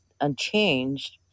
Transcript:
unchanged